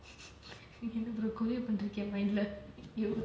என்ன:enna brother choreography பண்ணிட்டு இருக்கியா:pannitu irukiyaa mind !eww!